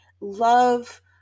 love